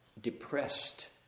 depressed